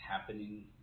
happening